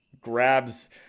grabs